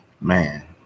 Man